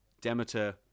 Demeter